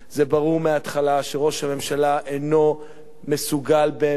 זה ברור מההתחלה שראש הממשלה אינו מסוגל באמת